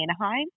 anaheim